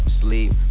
sleep